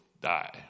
die